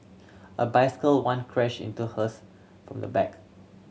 a bicycle once crashed into hers from the back